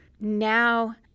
now